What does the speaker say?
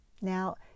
now